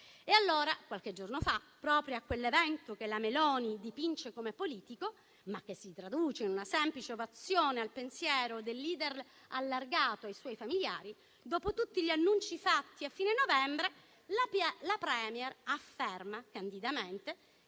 di destra. Qualche giorno fa, proprio a quell'evento che la Meloni dipinge come politico, ma che si traduce in una semplice ovazione al pensiero del *leader* allargato ai suoi familiari, dopo tutti gli annunci fatti a fine novembre, la *Premier* afferma candidamente